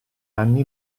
anni